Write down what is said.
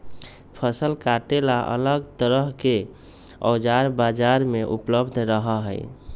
फसल काटे ला अलग तरह के औजार बाजार में उपलब्ध रहा हई